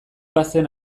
bazen